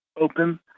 open